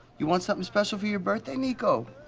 you want something special for your birthday, nico?